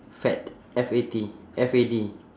fad F A T F A D